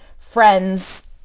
friends